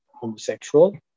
homosexual